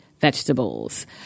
vegetables